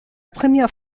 première